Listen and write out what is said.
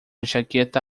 jaqueta